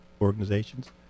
organizations